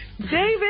David